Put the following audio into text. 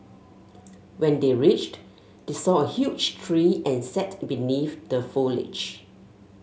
when they reached they saw a huge tree and sat beneath the foliage